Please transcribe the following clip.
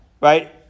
right